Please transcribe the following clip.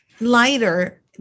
lighter